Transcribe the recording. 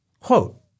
Quote